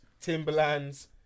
Timberlands